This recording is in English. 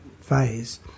phase